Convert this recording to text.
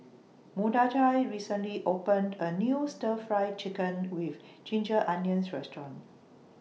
Mordechai recently opened A New Stir Fried Chicken with Ginger Onions Restaurant